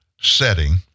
Setting